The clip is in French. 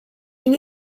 une